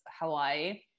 Hawaii